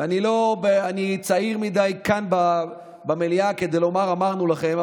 אני צעיר מדי כאן במליאה לומר: אמרנו לכם,